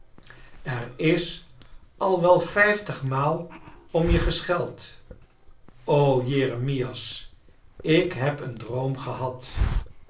er is al wel vijftig maal om je gescheld jeremias ik heb een droom geliad